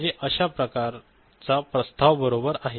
म्हणजे अश्या प्रकारचा प्रस्ताव बरोबर आहे